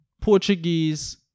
Portuguese